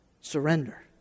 Surrender